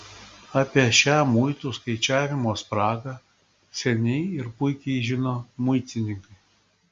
apie šią muitų skaičiavimo spragą seniai ir puikiai žino muitininkai